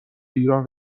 ایران